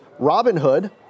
Robinhood